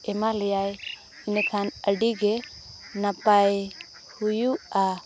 ᱮᱢᱟ ᱞᱮᱭᱟᱭ ᱤᱱᱟᱹᱠᱷᱟᱱ ᱟᱹᱰᱤᱜᱮ ᱱᱟᱯᱟᱭ ᱦᱩᱭᱩᱜᱼᱟ